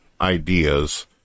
ideas